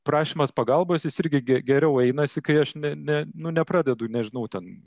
prašymas pagalbos jis irgi ge geriau einasi kai aš ne ne nu nepradedu nežinau ten